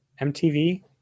MTV